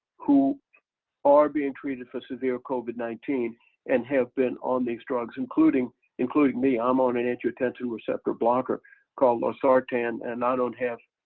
who are being treated for severe covid nineteen and have been on these drugs including including me, i'm on an angiotensin-receptor blocker called losartan and i don't have,